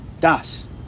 Das